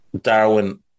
Darwin